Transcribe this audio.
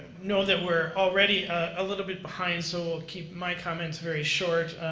know that we're already a little bit behind, so we'll keep my comments very short.